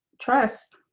trust